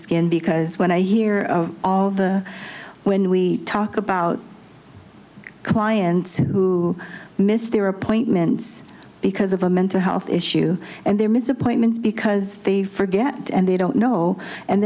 skin because when i hear of when we talk about clients who missed their appointments because of a mental health issue and they miss appointments because they forget and they don't know and